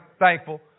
thankful